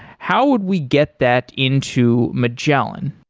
how would we get that into magellan?